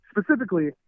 specifically